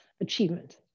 achievement